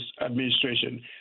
administration